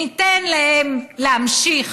ניתן להם להמשיך,